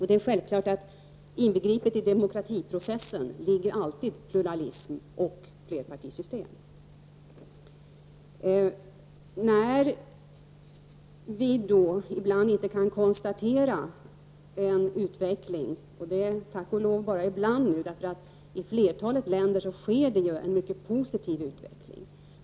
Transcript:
Det är självklart att pluralism och flerpartisystem alltid finns med i demokratiprocessen. Ibland kan vi konstatera att utvecklingen står stilla, det är tack och lov bara ibland, därför att i flertalet länder sker det ju en mycket positiv utveckling.